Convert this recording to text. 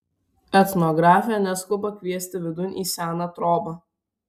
etnografė neskuba kviesti vidun į seną trobą